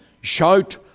Shout